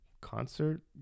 concert